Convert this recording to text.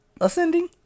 ascending